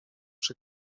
przy